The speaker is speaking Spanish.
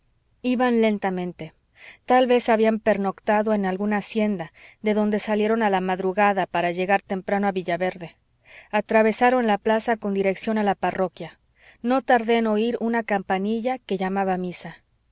iban lentamente tal vez habían pernoctado en alguna hacienda de donde salieron a la madrugada para llegar temprano a villaverde atravesaron la plaza con dirección a la parroquia no tardé en oír una campanilla que llamaba a misa